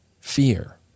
Fear